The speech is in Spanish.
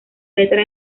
letra